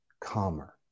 calmer